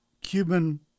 Cuban